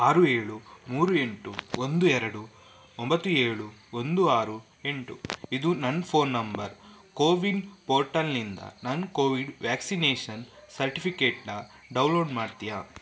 ಆರು ಏಳು ಮೂರು ಎಂಟು ಒಂದು ಎರಡು ಒಂಬತ್ತು ಏಳು ಒಂದು ಆರು ಎಂಟು ಇದು ನನ್ನ ಫೋನ್ ನಂಬರ್ ಕೋವಿನ್ ಪೋರ್ಟಲ್ನಿಂದ ನನ್ನ ಕೋವಿಡ್ ವ್ಯಾಕ್ಸಿನೇಷನ್ ಸರ್ಟಿಫಿಕೇಟ್ನ ಡೌನ್ಲೋಡ್ ಮಾಡ್ತೀಯಾ